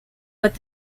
with